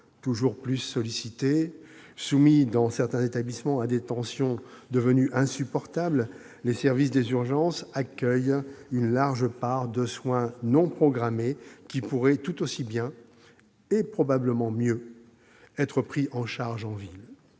Toujours plus sollicités, soumis dans certains établissements à des tensions devenues insupportables, les services des urgences accueillent une large part de soins non programmés qui pourraient tout aussi bien- et probablement même mieux -être pris en charge en ville.